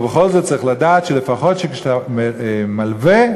אבל בכל זאת צריך לדעת שלפחות כשאתה לווה,